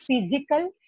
physical